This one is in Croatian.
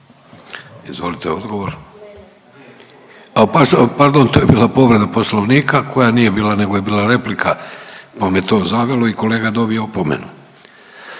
Izvolite odgovor. Pardon to je bila povreda Poslovnika koja nije bila, nego je bila replika pa me je to zavelo i kolega je dobio opomenu.